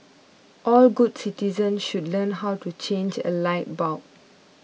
all good citizens should learn how to change a light bulb